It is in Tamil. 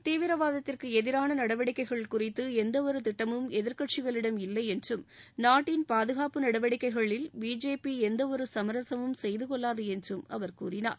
தீவிரவாதத்திற்கு எதிரான நடவடிக்கைகள் குறித்து எந்த ஒரு திட்டமும் எதிர்க்கட்சிகளிடம் இல்லை என்றும் நாட்டின் பாதுகாப்பு நடவடிக்கைகளில் பிஜேபி எந்த ஒரு சமரசமும் செய்து கொள்ளாது என்றும் அவர் கூறினார்